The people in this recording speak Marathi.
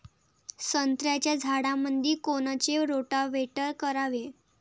संत्र्याच्या झाडामंदी कोनचे रोटावेटर करावे?